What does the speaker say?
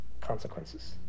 consequences